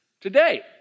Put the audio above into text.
today